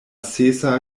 sesa